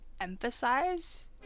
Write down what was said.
emphasize